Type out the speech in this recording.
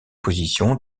positions